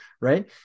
right